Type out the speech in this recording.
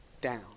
down